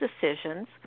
decisions